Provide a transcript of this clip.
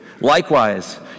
Likewise